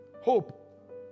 Hope